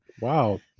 Wow